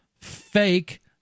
fake